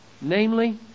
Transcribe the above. Namely